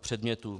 předmětů.